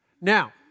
Now